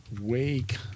Wake